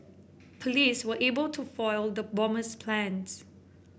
police were able to foil the bomber's plans